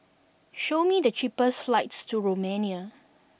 show me the cheapest flights to Romania